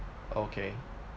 okay